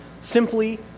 simply